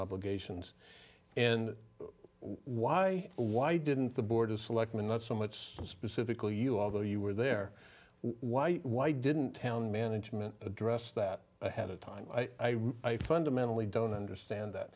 obligations and why why didn't the board of selectmen not so much specifically you although you were there why why didn't tell management address that ahead of time i fundamentally don't understand that